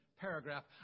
paragraph